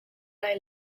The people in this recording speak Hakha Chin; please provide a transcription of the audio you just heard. lai